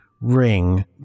ring